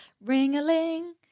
ring-a-ling